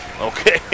Okay